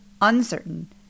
uncertain